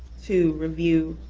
to review,